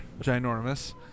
ginormous